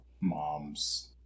mom's